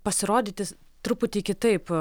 pasirodyti truputį kitaip